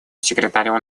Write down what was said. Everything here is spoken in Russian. секретарю